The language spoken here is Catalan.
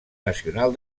nacional